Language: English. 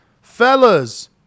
Fellas